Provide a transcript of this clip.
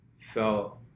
felt